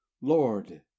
lord